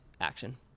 action